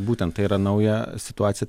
būtent tai yra nauja situacija